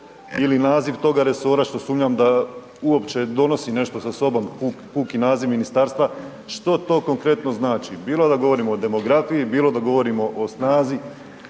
ili naziv toga resora, što sumnjam da uopće donosi nešto sa sobom puki naziv ministarstva. Što to konkretno znači, bilo da govorimo o demografiji, bilo da govorimo o snazi